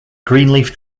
greenleaf